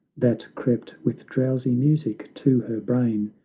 that crept with drowsy music to her brain,